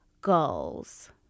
goals